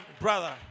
brother